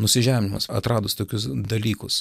nusižeminimas atradus tokius dalykus